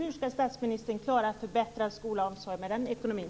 Hur skall statsministern klara att förbättra skolan och omsorgen med den ekonomin?